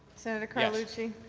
senator carlucci.